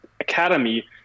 academy